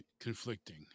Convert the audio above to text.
conflicting